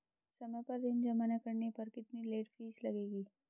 समय पर ऋण जमा न करने पर कितनी लेट फीस लगेगी?